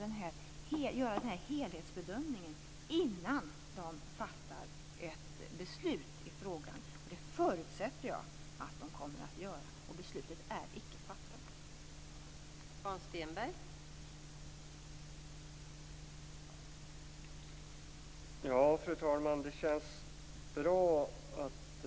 Det måste göra denna helhetsbedömning innan man fattar ett beslut i frågan, och jag förutsätter att man kommer att göra det. Detta beslut är icke fattat.